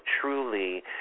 truly